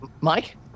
Mike